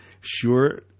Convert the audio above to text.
sure